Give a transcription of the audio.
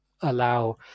allow